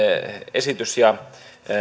esitys ja